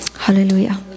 Hallelujah